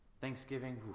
Thanksgiving